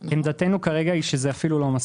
עמדתנו כרגע היא שזה אפילו לא מספיק.